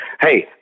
hey